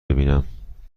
ببینم